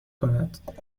کند